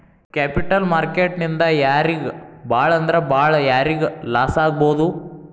Capital market ನಿಂದಾ ಯಾರಿಗ್ ಭಾಳಂದ್ರ ಭಾಳ್ ಯಾರಿಗ್ ಲಾಸಾಗ್ಬೊದು?